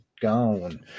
gone